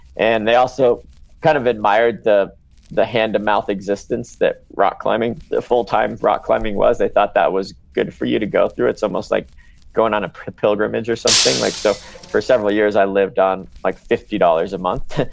and they also kind of admired the the hand to mouth existence that rock climbing, the full time rock climbing was. they thought that was good for you to go through it. it's almost like going on a pilgrimage or something. like so for several years i lived on like fifty dollars a month,